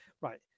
Right